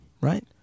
right